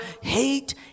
hate